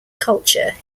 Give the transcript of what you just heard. culture